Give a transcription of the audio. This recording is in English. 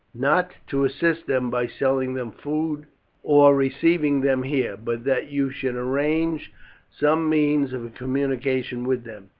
not to assist them by selling them food or receiving them here, but that you should arrange some means of communication with them.